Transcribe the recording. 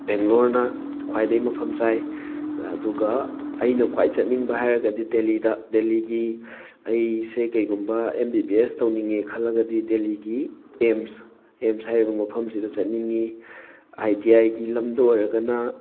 ꯕꯦꯡꯂꯣꯔꯅ ꯈ꯭ꯋꯥꯏꯗꯒꯤ ꯃꯐꯝ ꯆꯥꯏ ꯑꯗꯨꯒ ꯑꯩꯅ ꯈ꯭ꯋꯥꯏ ꯆꯠꯅꯤꯡꯕ ꯍꯥꯏꯔꯒꯗꯤ ꯗꯦꯜꯂꯤꯗ ꯗꯦꯜꯂꯤꯒꯤ ꯑꯩꯁꯦ ꯀꯔꯤꯒꯨꯝꯕ ꯑꯦꯝ ꯕꯤ ꯕꯤ ꯑꯦꯁ ꯇꯧꯅꯤꯡꯉꯦ ꯈꯜꯂꯒꯗꯤ ꯗꯦꯜꯂꯤꯒꯤ ꯑꯦꯝꯁ ꯑꯦꯝꯁ ꯍꯥꯏꯔꯤꯕ ꯃꯐꯝ ꯑꯁꯤꯗ ꯆꯠꯅꯤꯡꯉꯤ ꯑꯥꯏ ꯇꯤ ꯑꯥꯏꯒꯤ ꯂꯝꯗ ꯑꯣꯏꯔꯒꯅ